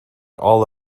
all